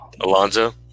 Alonzo